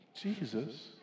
Jesus